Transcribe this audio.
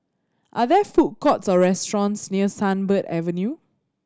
are there food courts or restaurants near Sunbird Avenue